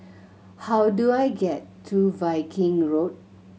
how do I get to Viking Road